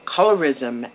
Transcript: Colorism